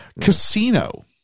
Casino